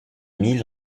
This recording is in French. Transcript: milles